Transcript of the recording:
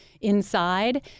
inside